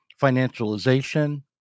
financialization